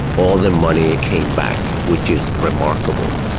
all the money came back, which is remarkable.